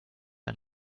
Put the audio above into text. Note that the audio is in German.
ein